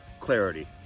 Clarity